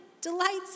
delights